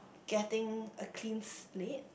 getting a cleans leg